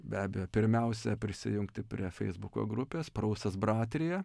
be abejo pirmiausia prisijungti prie feisbuko grupės prūsas bratrija